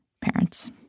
parents